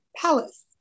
palace